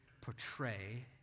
portray